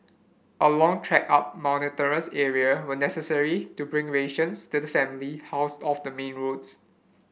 a long trek up mountainous area were necessary to bring rations to the family housed off the main roads